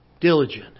diligent